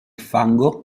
fango